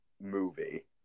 movie